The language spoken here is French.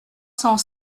cent